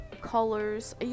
colors